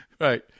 right